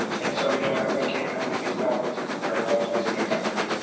and so we know everyone can't come to these conferences if they're in one place in the country.